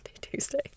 Tuesday